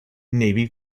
navy